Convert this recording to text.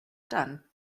done